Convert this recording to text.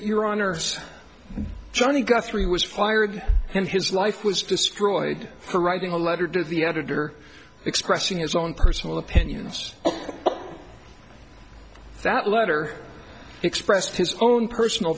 honor johnnie guthrie was fired and his life was destroyed for writing a letter to the editor expressing his own personal opinions that letter expressed his own personal